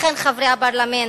לכן, חברי הפרלמנט,